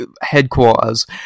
headquarters